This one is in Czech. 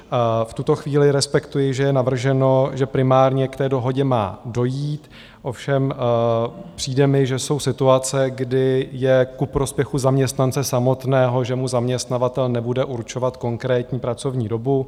V tuto chvíli respektuji, že je navrženo, že primárně k dohodě má dojít, ovšem přijde mi, že jsou situace, kdy je ku prospěchu zaměstnance samotného, že mu zaměstnavatel nebude určovat konkrétní pracovní dobu.